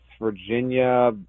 Virginia